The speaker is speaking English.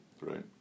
Right